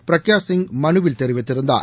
பிரக்யா சிங் மனுவில் தெரிவித்திருந்தார்